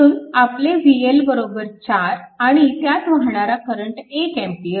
म्हणून आपले VL 4 आणि त्यात वाहणारा करंट 1A